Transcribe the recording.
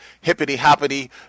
hippity-hoppity